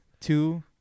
two